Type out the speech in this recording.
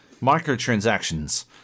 microtransactions